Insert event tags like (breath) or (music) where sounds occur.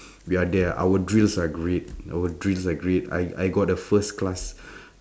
(breath) we are there ah our drills are great our drills are great I I got the first class (breath)